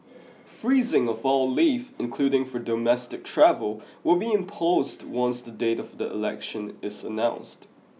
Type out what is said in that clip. freezing of all leave including for domestic travel will be imposed once the date of the election is announced